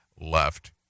left